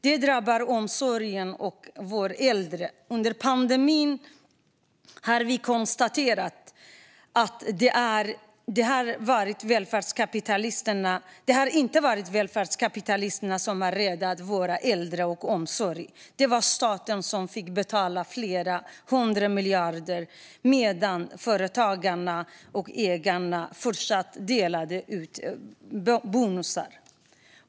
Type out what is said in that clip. Det här drabbar omsorgen om våra äldre. Under pandemin har vi konstaterat att det inte var välfärdskapitalisterna som räddade våra äldre och omsorgen. Det var staten som fick betala flera hundra miljarder medan företagarna och ägarna fortsatte att dela ut bonusar.